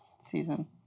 season